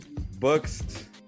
Books